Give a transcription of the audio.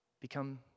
become